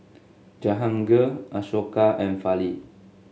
Jahangir Ashoka and Fali